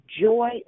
joy